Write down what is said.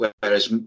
Whereas